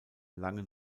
langen